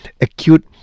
acute